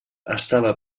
estava